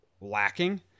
lacking